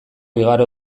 igaro